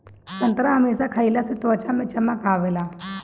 संतरा हमेशा खइला से त्वचा में चमक आवेला